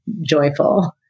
joyful